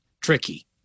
tricky